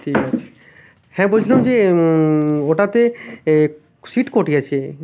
ঠিক আছে হ্যাঁ বলছিলাম যে ওটাতে সিট কটি আছে